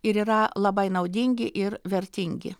ir yra labai naudingi ir vertingi